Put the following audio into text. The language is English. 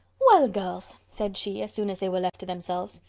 well girls, said she, as soon as they were left to themselves,